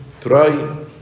try